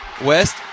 West